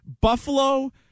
Buffalo